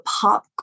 pop